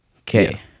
Okay